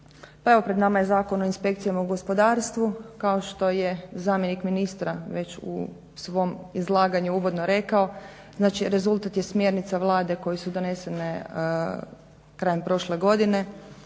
pred nama je Zakon o inspekcijama u gospodarstvu. Kao što je zamjenik ministra u svom izlaganju uvodno rekao znači rezultat je smjernica Vlade koji su donesene krajem prošle godine